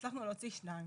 הצלחנו להוציא שתיים